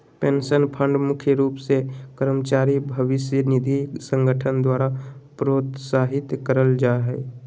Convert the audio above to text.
pension fund मुख्य रूप से कर्मचारी भविष्य निधि संगठन द्वारा प्रोत्साहित करल जा हय